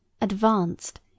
advanced